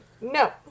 No